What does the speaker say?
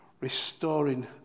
restoring